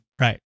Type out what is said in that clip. Right